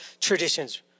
traditions